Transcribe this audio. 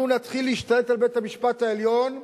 אנחנו נתחיל להשתלט על בית-המשפט העליון,